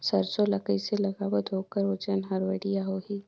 सरसो ला कइसे लगाबो ता ओकर ओजन हर बेडिया होही?